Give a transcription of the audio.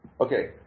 Okay